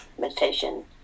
meditation